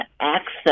access